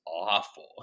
awful